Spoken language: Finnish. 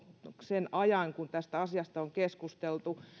sen ajan kun tästä asiasta on keskusteltu